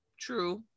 true